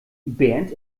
bernd